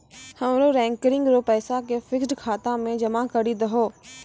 हमरो रेकरिंग रो पैसा के फिक्स्ड खाता मे जमा करी दहो